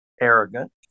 arrogant